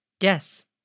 Yes